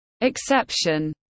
exception